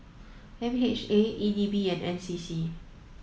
M H A E D B and N C C